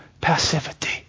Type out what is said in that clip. passivity